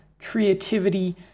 creativity